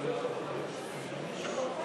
דיון 40